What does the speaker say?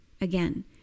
again